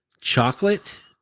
Chocolate